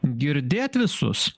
girdėt visus